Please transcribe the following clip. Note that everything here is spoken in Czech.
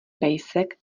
pejsek